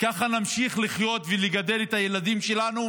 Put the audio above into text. ככה נמשיך לחיות ולגדל את הילדים שלנו,